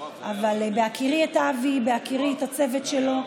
אבל בהכירי את אבי ובהכירי את הצוות שלו,